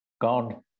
God